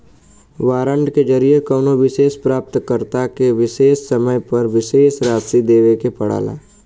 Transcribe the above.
warrant के जरिये कउनो विशेष प्राप्तकर्ता के एक विशेष समय पर विशेष राशि देवे के पड़ला